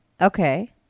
Okay